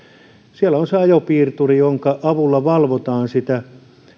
siellä on se ajopiirturi jonka avulla valvotaan sitä